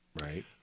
Right